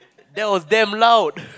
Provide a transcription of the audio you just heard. that's was damn loud